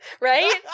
right